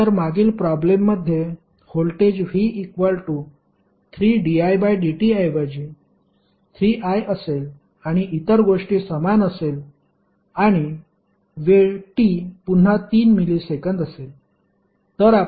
आता जर मागील प्रॉब्लेममध्ये व्होल्टेज v3didt ऐवजी 3i असेल आणि इतर गोष्टी समान असेल आणि वेळ t पुन्हा 3 मिलीसेकंद असेल